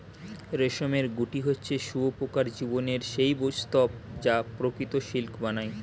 রেশমের গুটি হচ্ছে শুঁয়োপোকার জীবনের সেই স্তুপ যা প্রকৃত সিল্ক বানায়